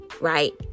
right